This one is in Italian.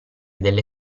delle